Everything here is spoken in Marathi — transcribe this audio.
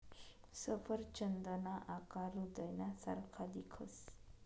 सफरचंदना आकार हृदयना सारखा दिखस